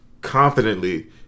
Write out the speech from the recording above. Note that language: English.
confidently